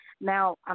Now